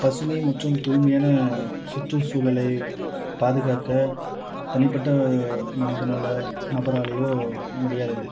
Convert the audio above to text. பசுமை மற்றும் தூய்மையான சுற்று சூழலை பாதுகாக்க தனிப்பட்ட மனிதனால் நபராலையோ முடியாதது